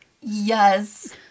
Yes